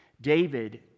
David